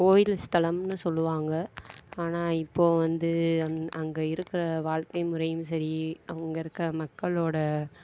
கோயில் ஸ்தலம்ன்னு சொல்லுவாங்க ஆனால் இப்போ வந்து அங்கே இருக்கிற வாழ்க்கை முறையும் சரி அங்கே இருக்க மக்களோட